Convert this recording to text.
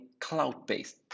cloud-based